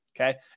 okay